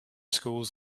schools